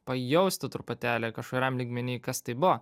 pajausti truputėlį kažkuriam lygmeny kas tai buvo